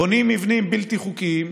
בונים מבנים בלתי חוקיים,